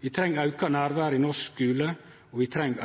Vi treng auka nærvær i norsk skule, og vi treng